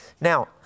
Now